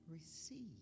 Receive